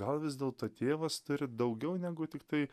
gal vis dėlto tėvas turi daugiau negu tiktai